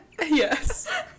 Yes